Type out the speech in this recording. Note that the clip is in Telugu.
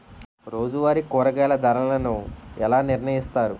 రోజువారి కూరగాయల ధరలను ఎలా నిర్ణయిస్తారు?